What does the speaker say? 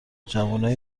جوونای